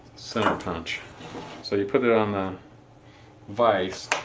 center punch so you put it on the vise